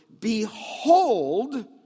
Behold